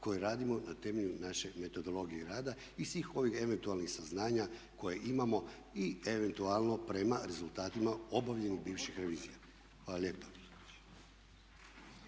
koji radimo na temelju naše metodologije rada i svih ovih eventualnih saznanja koje imamo i eventualno prema rezultatima obavljenih bivših revizija. Hvala lijepa.